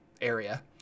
area